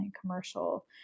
commercial